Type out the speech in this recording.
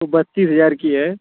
वो बत्तीस हज़ार की है